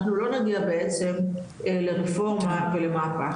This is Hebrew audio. אנחנו לא נגיע בעצם לרפורמה ולמהפך.